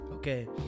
Okay